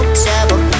trouble